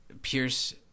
Pierce